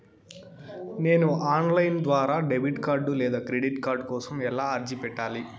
నేను online ద్వారా debit card లేదా క్రెడిట్ కార్డు కోసం ఎలా అర్జీ పెట్టాలి?